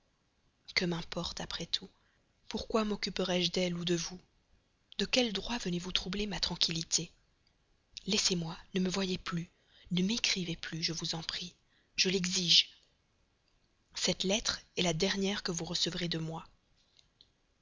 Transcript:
que m'importe après tout pourquoi moccuperais je d'elles ou de vous de quel droit venez-vous troubler ma tranquillité laissez-moi monsieur laissez-moi ne me voyez plus ne m'écrivez plus je vous en prie je l'exige cette lettre est la dernière que vous recevrez de moi